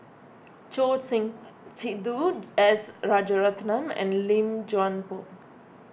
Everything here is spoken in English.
Choor Singh Sidhu S Rajaratnam and Lim Chuan Poh